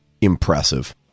Impressive